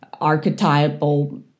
archetypal